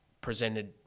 presented